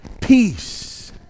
Peace